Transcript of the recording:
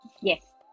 Yes